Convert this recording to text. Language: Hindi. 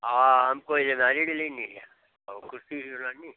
हाँ हमको अलमारी भी लेनी है और कुर्सी भी बनवानी है